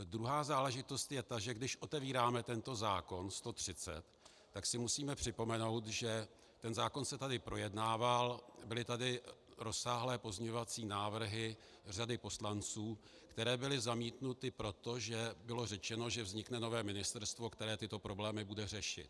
Druhá záležitost je ta, že když otevíráme tento zákon č. 130, tak si musíme připomenout, že ten zákon se tady projednával, byly tady rozsáhlé pozměňovací návrhy řady poslanců, které byly zamítnuty proto, že bylo řečeno, že vznikne nové ministerstvo, které tyto problémy bude řešit.